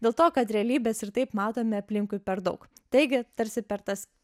dėl to kad realybės ir taip matome aplinkui per daug taigi tarsi per tas